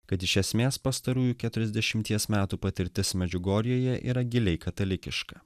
kad iš esmės pastarųjų keturiasdešimties metų patirtis medžiugorjėje yra giliai katalikiška